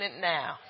now